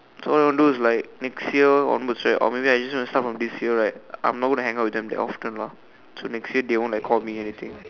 so what I want to do is like next year onwards right or maybe I just want to start from this year right I'm not going to hang out with them that often lah so next year they won't like call me anything